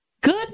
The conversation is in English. good